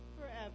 forever